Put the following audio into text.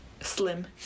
slim